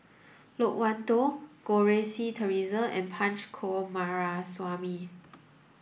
Loke Wan Tho Goh Rui Si Theresa and Punch Coomaraswamy